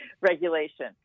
Regulation